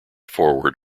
forward